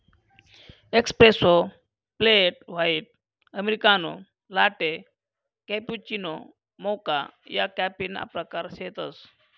espresso, flat white, americano, latte, cappuccino, mocha या कॉफीना प्रकार शेतसं